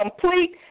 complete